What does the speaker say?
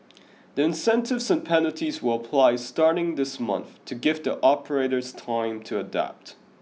the incentives and penalties will apply starting this month to give the operators time to adapt